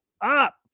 up